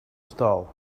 stall